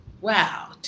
wow